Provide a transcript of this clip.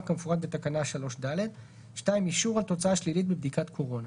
כמפורט בתקנה 3(ד); אישור על תוצאה שלילית בבדיקת קורונה.